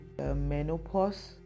menopause